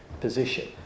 position